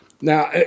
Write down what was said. Now